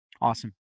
Awesome